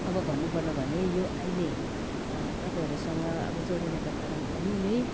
अब भन्नु पर्ने भने यो अहिले तपाईँहरूसँग अब जोडिनका कारण पनि यही